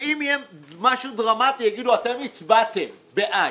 אם יהיה משהו דרמטי, יגידו: אתם הצבעתם בעד.